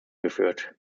geführt